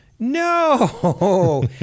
no